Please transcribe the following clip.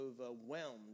overwhelmed